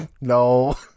no